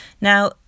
Now